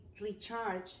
recharge